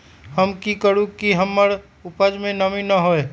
हम की करू की हमर उपज में नमी न होए?